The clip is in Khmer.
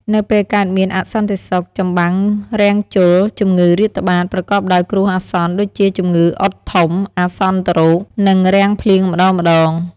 នៅពេលកើតមានអសន្តិសុខ ចម្បាំងរាំងជល ជំងឺរាតត្បាត ប្រកបដោយគ្រោះអាសន្នដូចជាជំងឺអុតធំ អាសន្នរោគ និងរាំងភ្លៀងម្ដងៗ។